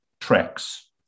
tracks